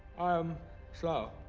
i am slow. oh,